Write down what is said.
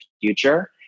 future